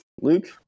Luke